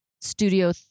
studio